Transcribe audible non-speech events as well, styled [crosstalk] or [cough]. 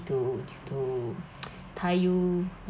to to [noise] tide you